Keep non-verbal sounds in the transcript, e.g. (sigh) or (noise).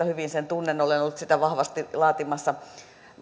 (unintelligible) hyvin sen tunnen olen ollut sitä vahvasti laatimassa